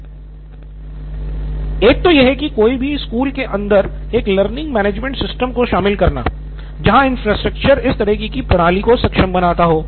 सिद्धार्थ मटूरी एक तो यह की कोई भी स्कूल के अंदर एक लर्निंग मैनेजमेंट सिस्टम को शामिल करना जहां इन्फ्रास्ट्रक्चर इस तरह की प्रणाली को सक्षम बनाता हो